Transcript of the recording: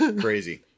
Crazy